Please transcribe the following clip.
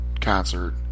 concert